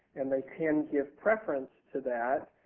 and they can give preference to that,